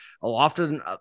often –